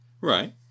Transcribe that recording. Right